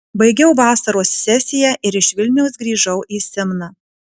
baigiau vasaros sesiją ir iš vilniaus grįžau į simną